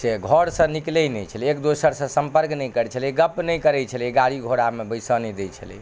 से घरसँ निकलै नहि छलै एक दोसरसँ सम्पर्क नहि करै छलै गप नहि करै छलै गाड़ी घोड़ामे बैसऽ नहि दै छलै